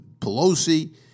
Pelosi